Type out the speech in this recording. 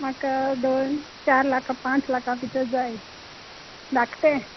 म्हाका दोन चार लाका पांच लाका भितर जाय धाकटें